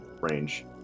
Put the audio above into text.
range